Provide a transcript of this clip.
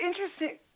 interesting